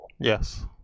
Yes